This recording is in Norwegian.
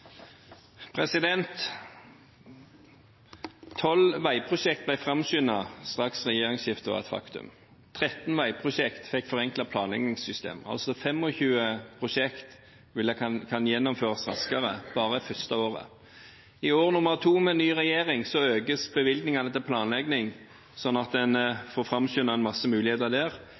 sammen. Tolv veiprosjekter ble framskyndet straks regjeringsskiftet var et faktum. 13 veiprosjekter fikk forenklede planleggingssystem. 25 prosjekter kan altså gjennomføres raskere bare det første året. I år nummer to med ny regjering økes bevilgningene til planlegging, slik at en får framskyndet en masse muligheter der.